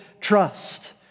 trust